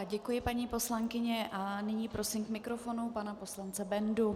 Děkuji, paní poslankyně, a nyní prosím k mikrofonu pana poslance Bendu.